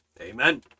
Amen